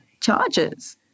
charges